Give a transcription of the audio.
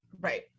Right